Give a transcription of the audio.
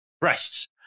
breasts